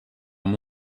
amb